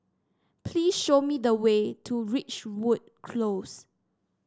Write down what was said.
please show me the way to Ridgewood Close